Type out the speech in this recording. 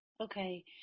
okay